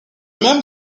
même